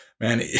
Man